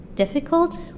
difficult